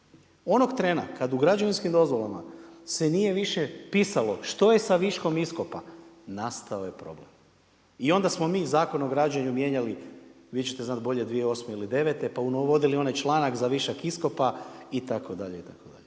Onog trena kad u građevinskim dozvolama se nije više pisalo što je sa viškom iskopa nastao je problem i onda smo mi Zakon o građenju mijenjali, vi ćete znati bolje 2008. ili devete, pa uvodili onaj članak za višak iskopa itd. itd.